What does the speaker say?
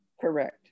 Correct